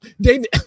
David